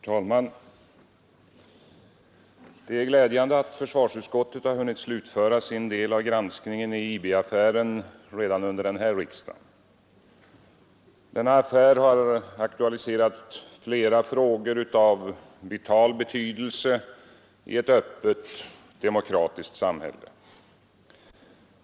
Herr talman! Det är glädjande att försvarsutskottet hunnit slutföra sin del av granskningen i IB-affären redan under den här riksdagen. Denna affär har aktualiserat flera frågor av vital betydelse i ett öppet och demokratiskt samhälle.